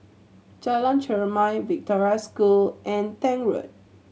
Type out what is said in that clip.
Jalan Chermai Victoria School and Tank Road